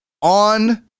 on